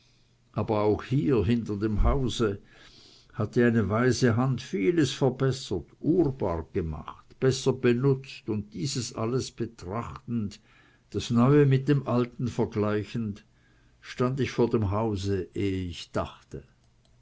aber auch hier hinter dem hause hatte eine weise hand vieles verbessert urbar gemacht besser benutzt und dieses alles betrachtend das neue mit dem alten vergleichend stand ich vor dem hause ehe ich dachte